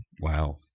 Wow